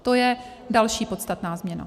To je další podstatná změna.